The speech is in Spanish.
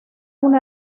una